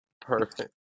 perfect